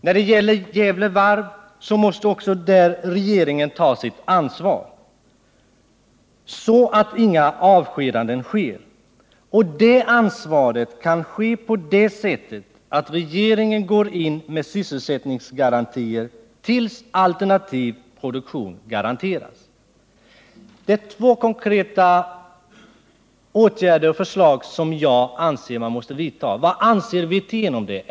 När det gäller Gävle Varv måste regeringen också där ta sitt ansvar, så att inga avskedanden sker. Det ansvaret kan tas på det sättet att regeringen går in med sysselsättningsgarantier tills alternativ produktion garanteras. Det är två konkreta förslag till åtgärder som jag anser att man måste vidta. Vad anser herr Wirtén därom?